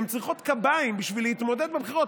הן צריכות קביים בשביל להתמודד בבחירות,